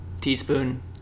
teaspoon